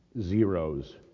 zeros